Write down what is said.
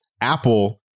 Apple